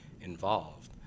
involved